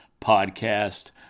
podcast